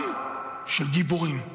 עם של גיבורים,